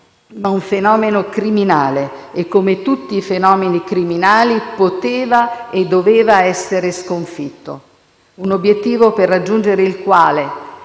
un fenomeno criminale e - come tutti i fenomeni criminali - poteva e doveva essere sconfitto. Un obiettivo per raggiungere il quale